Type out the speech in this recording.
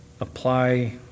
Apply